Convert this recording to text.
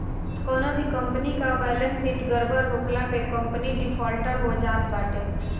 कवनो भी कंपनी कअ बैलेस शीट गड़बड़ होखला पे कंपनी डिफाल्टर हो जात बाटे